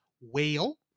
whale